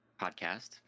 podcast